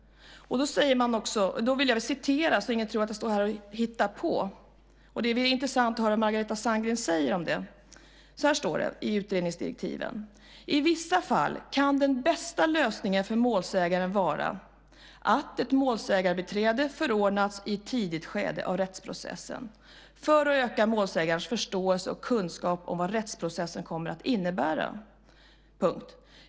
För att ingen ska tro att jag står här och hittar på ska jag citera vad som står i utredningsdirektiven. Och det blir intressant att höra vad Margareta Sandgren säger om det. Där står följande: "I vissa fall kan den bästa lösningen för målsägaren vara att ett målsägarbiträde förordnas i ett tidigt skede av rättsprocessen, för att öka målsägarens förståelse och kunskap om vad rättsprocessen kommer att innebära.